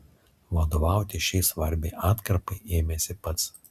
vadovauti šiai svarbiai atkarpai ėmėsi pats